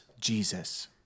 Jesus